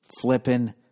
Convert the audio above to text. Flippin